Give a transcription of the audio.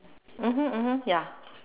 mmhmm mmhmm ya